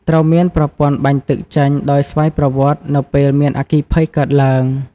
ត្រូវមានប្រព័ន្ធបាញ់ទឹកចេញដោយស្វ័យប្រវត្តិនៅពេលមានអគ្គិភ័យកើតទ្បើង។